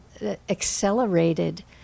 accelerated